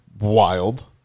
wild